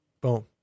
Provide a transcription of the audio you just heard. Boom